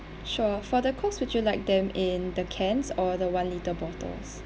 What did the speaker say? sure for the cokes would you like them in the cans or the one litre bottles